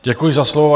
Děkuji za slovo.